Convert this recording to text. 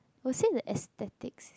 was it the aesthetics